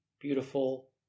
beautiful